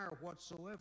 whatsoever